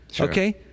Okay